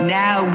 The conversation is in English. now